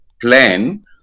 plan